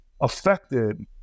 affected